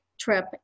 trip